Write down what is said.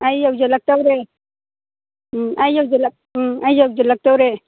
ꯑꯩ ꯌꯧꯁꯤꯜꯂꯛꯇꯧꯔꯦ ꯑꯩ ꯎꯝ ꯑꯩ ꯌꯧꯁꯜꯤꯂꯛꯇꯧꯔꯦ